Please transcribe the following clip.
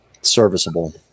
Serviceable